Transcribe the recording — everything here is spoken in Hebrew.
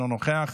אינו נוכח,